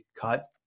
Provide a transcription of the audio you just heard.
cut